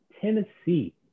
Tennessee